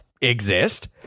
exist